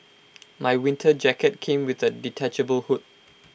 my winter jacket came with A detachable hood